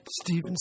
Steven